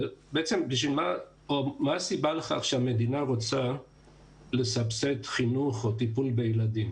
מה הסיבה לכך שהמדינה רוצה לסבסד חינוך או טיפול בילדים